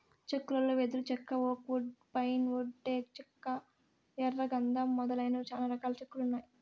చెక్కలలో వెదురు చెక్క, ఓక్ వుడ్, పైన్ వుడ్, టేకు చెక్క, ఎర్ర గందం మొదలైనవి చానా రకాల చెక్కలు ఉన్నాయి